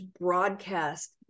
broadcast